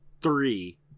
three